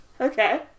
Okay